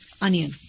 onion